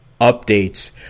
updates